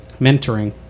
mentoring